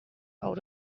out